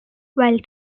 while